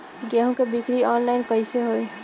गेहूं के बिक्री आनलाइन कइसे होई?